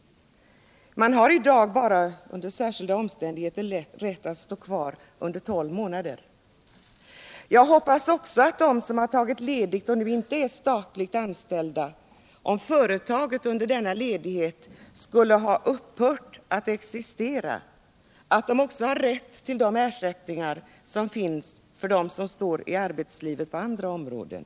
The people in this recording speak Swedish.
I dag finns det bara under särskilda omständigheter en rättighet att stå kvar i sjukförsäkringen under tolv månader. Jag hoppas också att de som har tagit ledigt och som inte är statligt anställda, om företaget under denna ledighet skulle ha upphört att existera, har rätt till samma ersättningar som finns för dem som är ute i arbetslivet på andra områden.